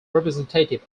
representative